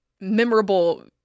memorable